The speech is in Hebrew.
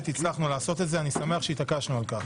הצלחנו לעשות את זה ואני שמח שהתעקשנו על כך.